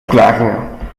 opklaringen